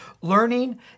learning